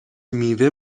میوه